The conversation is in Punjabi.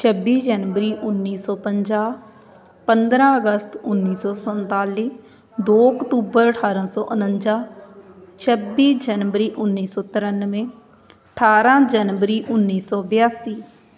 ਛੱਬੀ ਜਨਵਰੀ ਉੱਨੀ ਸੌ ਪੰਜਾਹ ਪੰਦਰਾਂ ਅਗਸਤ ਉੱਨੀ ਸੌ ਸੰਤਾਲ਼ੀ ਦੋ ਅਕਤੂਬਰ ਅਠਾਰਾਂ ਸੌ ਉਣੰਜਾ ਛੱਬੀ ਜਨਵਰੀ ਉੱਨੀ ਸੌ ਤ੍ਰਿਆਨਵੇਂ ਅਠਾਰਾਂ ਜਨਵਰੀ ਉੱਨੀ ਸੌ ਬਿਆਸੀ